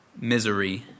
misery